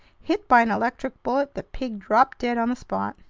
hit by an electric bullet, the pig dropped dead on the spot.